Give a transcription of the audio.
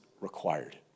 required